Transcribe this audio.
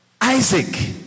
Isaac